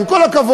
עם כל הכבוד,